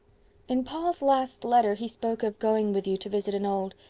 in paul's last letter he spoke of going with you to visit an old.